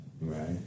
right